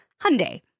Hyundai